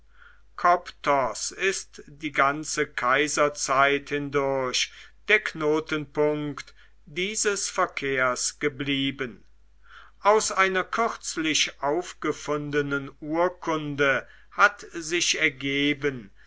koptos ist die ganze kaiserzeit hindurch der knotenpunkt dieses verkehrs geblieben aus einer kürzlich aufgefundenen urkunde hat sich ergeben